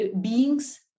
beings